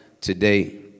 today